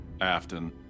Afton